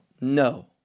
No